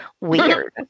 Weird